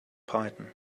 python